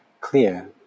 clear